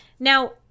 Now